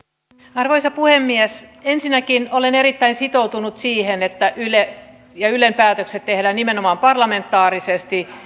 arvoisa puhemies ensinnäkin olen erittäin sitoutunut siihen että ylen päätökset tehdään nimenomaan parlamentaarisesti